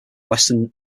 western